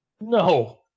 No